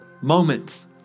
moments